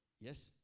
Yes